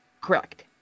Correct